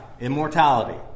immortality